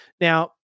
now